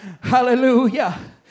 hallelujah